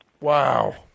Wow